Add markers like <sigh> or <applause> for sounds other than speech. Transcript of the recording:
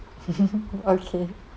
<laughs> okay